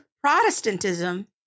Protestantism